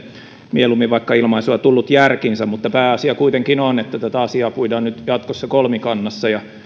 mieluummin vaikka ilmaisua tullut järkiinsä mutta pääasia kuitenkin on että tätä asiaa puidaan nyt jatkossa kolmikannassa ja